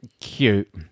Cute